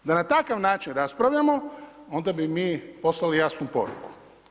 Da na takav način raspravljamo onda bi poslali jasnu poruku.